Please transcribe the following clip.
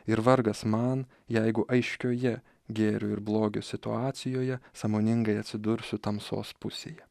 ir vargas man jeigu aiškioje gėrio ir blogio situacijoje sąmoningai atsidursiu tamsos pusėje